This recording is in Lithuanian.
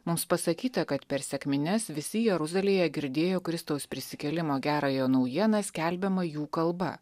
mums pasakyta kad per sekmines visi jeruzalėje girdėjo kristaus prisikėlimo gerąją naujieną skelbiamą jų kalba